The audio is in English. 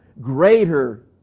greater